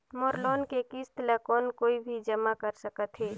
मोर loan के किस्त ल कौन कोई भी जमा कर सकथे?